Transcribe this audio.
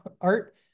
art